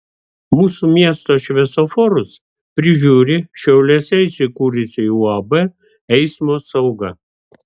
mūsų miesto šviesoforus prižiūri šiauliuose įsikūrusi uab eismo sauga